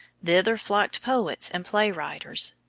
thither flocked poets and play-writers,